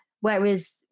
Whereas